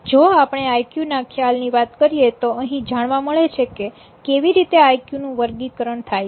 જો આપણે આઈકયુ ના ખ્યાલની વાત કરીએ તો અહીં જાણવા મળે છે કે કેવી રીતે આઇકયુ નું વર્ગીકરણ થાય છે